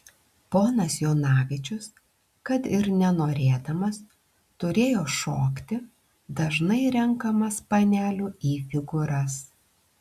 ponas jonavičius kad ir nenorėdamas turėjo šokti dažnai renkamas panelių į figūras